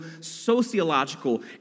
sociological